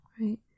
right